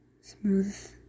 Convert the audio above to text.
Smooth-